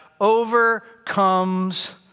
overcomes